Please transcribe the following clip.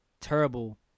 terrible